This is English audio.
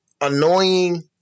annoying